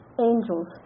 angels